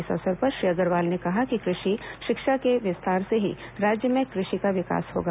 इस अवसर पर श्री अग्रवाल ने कहा कि कृषि शिक्षा के विस्तार से ही राज्य में कृषि का विकास होगा